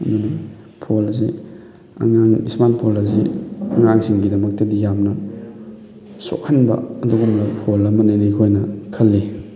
phone ꯑꯁꯤ ꯑꯉꯥꯡ smart phone ꯑꯁꯤ ꯑꯉꯥꯡꯁꯤꯡꯒꯤ ꯗꯃꯛꯇꯗꯤ ꯌꯥꯝꯅ ꯁꯣꯛꯍꯟꯕ ꯑꯗꯨꯒꯨꯝꯂꯕ ꯐꯣꯟ ꯑꯃꯅꯦꯅ ꯑꯩꯈꯣꯏꯅ ꯈꯜꯂꯤ